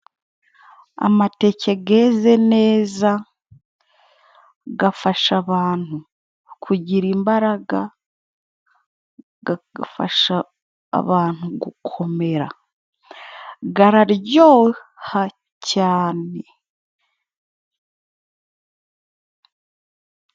Amateke geze neza, gafasha abantu kugira imbaraga, gagafasha abantu gukomera. Gararyoha cyane.